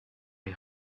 les